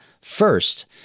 first